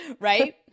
Right